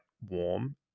warm